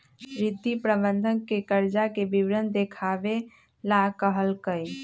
रिद्धि प्रबंधक के कर्जा के विवरण देखावे ला कहलकई